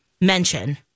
mention